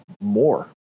more